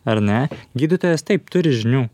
ar ne gydytojas taip turi žinių